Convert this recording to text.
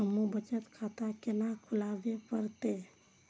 हमू बचत खाता केना खुलाबे परतें?